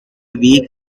week